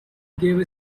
gave